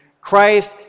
Christ